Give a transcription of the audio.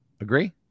Agree